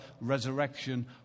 resurrection